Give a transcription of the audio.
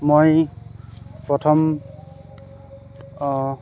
মই প্ৰথম